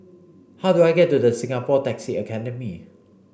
how do I get to Singapore Taxi Academy